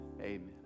amen